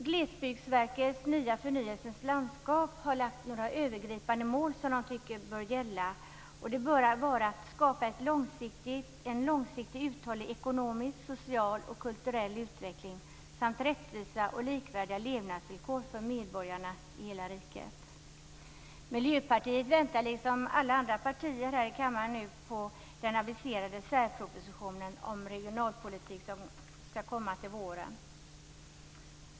Glesbygdsverkets nya Förnyelsens landskap innehåller några övergripande mål som man tycker bör gälla, nämligen att skapa en långsiktigt uthållig ekonomisk, social och kulturell utveckling samt rättvisa och likvärdiga levnadsvillkor för medborgarna i hela riket. Miljöpartiet, liksom alla andra partier här i kammaren, väntar nu på den aviserade särpropositionen om regionalpolitik som skall komma till våren.